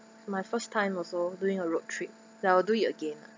my first time also doing a road trip I'll do it again lah